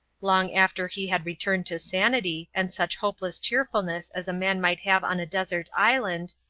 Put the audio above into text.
long after he had returned to sanity and such hopeless cheerfulness as a man might have on a desert island,